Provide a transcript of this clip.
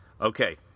Okay